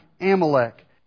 Amalek